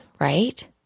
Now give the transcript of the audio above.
right